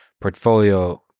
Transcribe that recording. portfolio